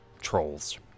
trolls